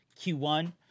Q1